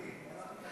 נתקבלה.